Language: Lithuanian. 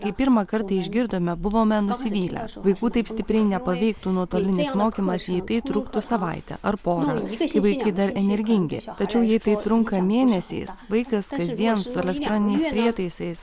kai pirmą kartą išgirdome buvome nusivylę vaikų taip stipriai nepaveiktų nuotolinis mokymas jei tai truktų savaitę ar porą kai vaikai dar energingi tačiau jei tai trunka mėnesiais vaikas kasdien su elektroniniais prietaisais